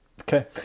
Okay